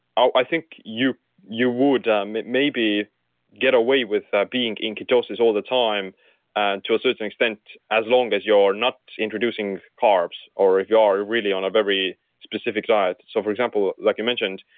i think you you would um maybe get away with being in ketosis all the time and to a certain extent, as long as you're not introducing carbs, or if you are, really on a very specific diet. so, for example, like you mentioned,